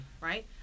right